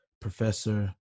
professor